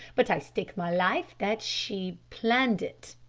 but i stake my life that she planned it,